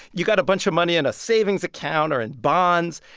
you've got a bunch of money in a savings account or in bonds,